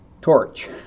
torch